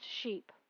sheep